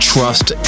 Trust